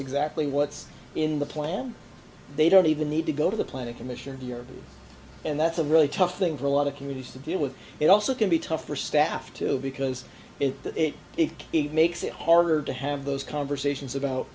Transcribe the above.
exactly what's in the plan they don't even need to go to the planning commission of year and that's a really tough thing for a lot of communities to deal with it also can be tough for staff too because it it it makes it harder to have those conversations about